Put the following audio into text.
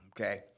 okay